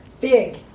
Big